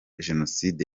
jenoside